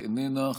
איננה,